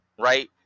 right